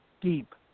deep